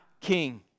King